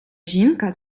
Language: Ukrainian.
жінка